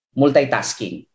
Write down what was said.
multitasking